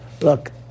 Look